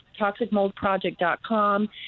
toxicmoldproject.com